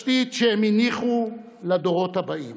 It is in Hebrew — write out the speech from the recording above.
בתשתית שהם הניחו לדורות הבאים.